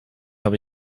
habe